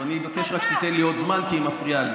ואפשר לקבל מסקנות ועשייה סופר-חשובה לדמוקרטיה הישראלית.